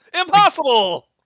Impossible